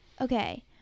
Okay